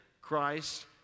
Christ